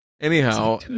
Anyhow